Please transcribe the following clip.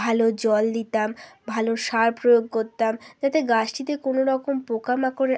ভালো জল দিতাম ভালো সার প্রয়োগ করতাম যাতে গাছটিতে কোনো রকম পোকামাকড়ে